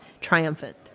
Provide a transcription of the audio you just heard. triumphant